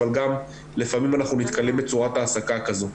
אבל גם לפעמים אנחנו נתקלים בצורת העסקה כזו.